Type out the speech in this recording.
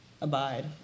abide